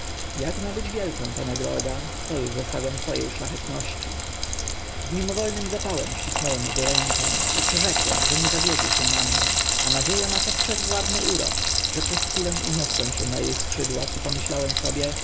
jak ma być wielką ta nagroda to uż zostawiam two e szlachetności z mimowolnym zapałem ścisnąłem ego rękę i przyrzekłem że nie zawiedzie się na mnie a nadzie a ma tak wszechwładny urok że przez chwilę uniosłem się na e skrzydłach i pomyślałem sobie